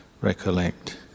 recollect